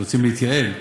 כשרוצים להתייעל,